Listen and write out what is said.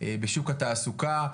בשוק התעסוקה.